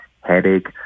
headache